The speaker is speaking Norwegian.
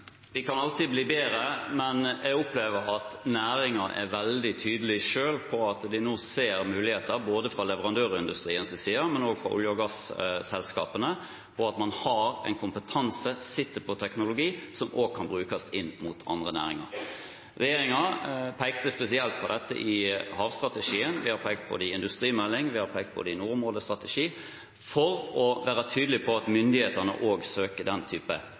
Vi kan alltid bli bedre, men jeg opplever at næringen selv er veldig tydelig på at de nå ser muligheter, både fra leverandørindustriens og fra olje- og gasselskapenes side, og at man har en kompetanse, sitter på teknologi som også kan brukes inn mot andre næringer. Regjeringen pekte spesielt på dette i havstrategien, vi har pekt på det i industrimeldingen, og vi har pekt på det i nordområdestrategien, for å være tydelig på at myndighetene også søker den type